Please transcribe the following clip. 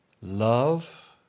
Love